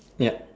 ya